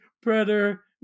Predator